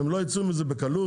הם לא ייצאו מזה בקלות.